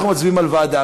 אנחנו מצביעים על ועדה.